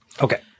Okay